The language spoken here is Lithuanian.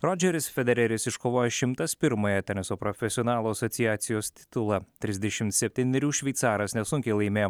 rodžeris federeris iškovojo šimtas pirmąją teniso profesionalų asociacijos titulą trisdešimt septynerių šveicaras nesunkiai laimėjo